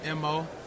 MO